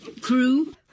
crew